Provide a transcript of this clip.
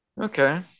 okay